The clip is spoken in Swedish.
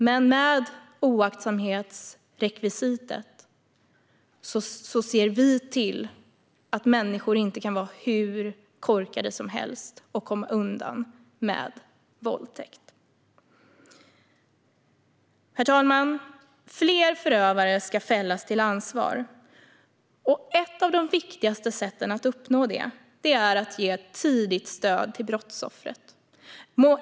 Men med oaktsamhetsrekvisitet ser vi till att människor inte kan vara hur korkade som helst och komma undan med våldtäkt. Herr talman! Fler förövare ska ställas till ansvar. Ett av de viktigaste sätten att uppnå det är att ge tidigt stöd till brottsoffret.